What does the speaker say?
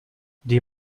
die